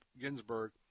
Ginsburg